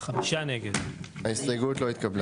4 נמנעים, 0 ההסתייגות לא התקבלה.